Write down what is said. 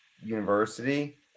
university